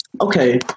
okay